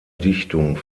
dichtung